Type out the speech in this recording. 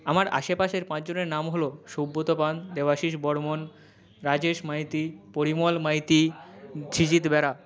আমার আশেপাশের পাঁচ জনের নাম হলো সুব্রত পান দেবাশীষ বর্মন রাজেশ মাইতি পরিমল মাইতি বেরা